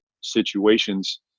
situations